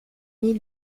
mille